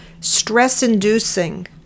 stress-inducing